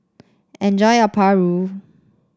enjoy your paru